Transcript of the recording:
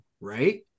right